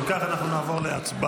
אם כך, אנחנו נעבור להצבעה.